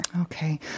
Okay